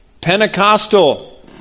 Pentecostal